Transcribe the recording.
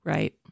Right